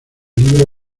libro